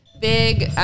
big